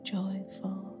joyful